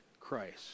Christ